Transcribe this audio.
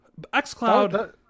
XCloud